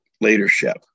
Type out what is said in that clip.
leadership